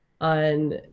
on